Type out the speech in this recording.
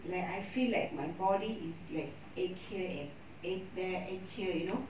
like I feel like my body is like ache here ache ache there ache here you know